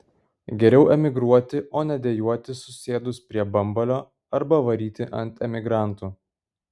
geriau emigruoti o ne dejuoti susėdus prie bambalio arba varyti ant emigrantų